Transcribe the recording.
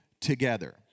together